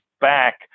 back